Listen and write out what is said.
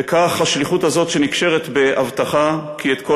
וכך השליחות הזאת שנקשרת בהבטחה: "כי את כל